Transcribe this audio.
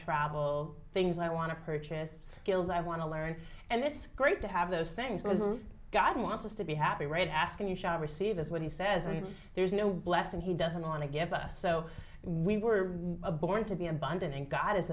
travel things i want to purchase skills i want to learn and it's great to have those things god wants us to be happy right ask and you shall receive is what he says and there's no blessing he doesn't want to give us so we were born to be abundant and god is